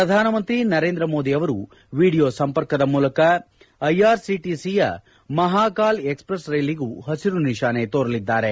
ಪ್ರಧಾನಮಂತ್ರಿ ನರೇಂದ್ರ ಮೋದಿ ಅವರು ವಿಡಿಯೋ ಸಂಪರ್ಕ ಮೂಲಕ ಐಆರ್ಸಿಟಿಸಿಯ ಮಹಾ ಕಾಲ್ ಎಕ್ಸ್ಪ್ರೆಸ್ ರ್ಟೆಲಿಗೂ ಪಸಿರು ನಿಶಾನೆ ತೋರಲಿದ್ದಾರೆ